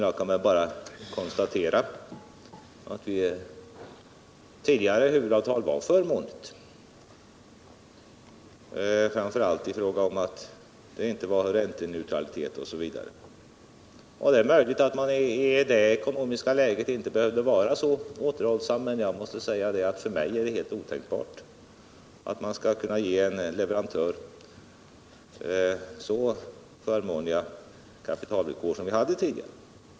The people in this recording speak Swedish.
Jag kan bara konstatera att det tidigare huvudavtalet var förmånligt, framför allt därför att det inte innebar någon ränteneutralitet. Det är möjligt att man i det dåvarande ekonomiska läget inte behövde vara återhållsam, men för mig är det helt otänkbart att vi skulle kunna ge en leverantör så förmånliga kapitalvillkor som man hade tidigare.